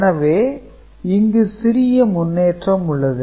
எனவே இங்கு சிறிய முன்னேற்றம் உள்ளது